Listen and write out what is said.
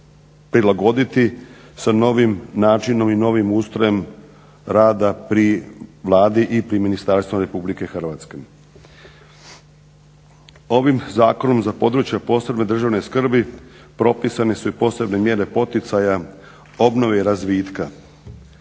prilagoditi sa novim načinom i novim ustrojem rada pri Vladi i pri ministarstvu Republike Hrvatske. Ovim Zakonom za područja od posebne državne skrbi propisane su i posebne mjere poticaja obnove i razvitka.